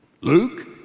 Luke